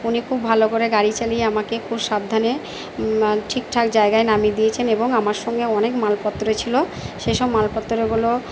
উনি খুব ভালো করে গাড়ি চালিয়ে আমাকে খুব সাবধানে ঠিকঠাক জায়গায় নামিয়ে দিয়েছেন এবং আমার সঙ্গে অনেক মালপত্র ছিল সেই সব মালপত্রগুলো